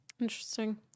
interesting